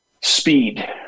speed